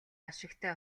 ашигтай